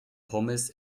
pommes